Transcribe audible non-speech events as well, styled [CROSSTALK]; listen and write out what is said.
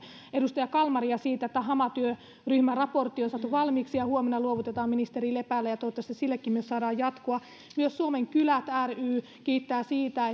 edustaja kalmaria siitä että hama työryhmän raportti on saatu valmiiksi ja huomenna luovutetaan ministeri lepälle toivottavasti sillekin saadaan jatkoa myös suomen kylät ry kiittää siitä [UNINTELLIGIBLE]